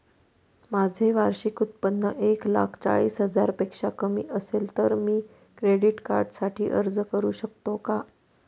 माझे वार्षिक उत्त्पन्न एक लाख चाळीस हजार पेक्षा कमी असेल तर मी क्रेडिट कार्डसाठी अर्ज करु शकतो का?